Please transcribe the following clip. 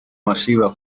masiva